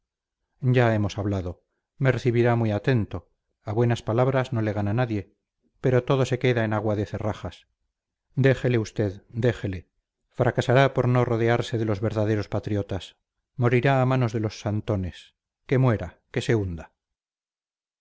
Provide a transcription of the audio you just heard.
ya hemos hablado me recibirá muy atento a buenas palabras no le gana nadie pero todo se queda en agua de cerrajas déjele usted déjele fracasará por no rodearse de los verdaderos patriotas morirá a manos de los santones que muera que se hunda